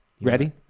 Ready